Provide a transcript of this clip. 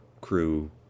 crew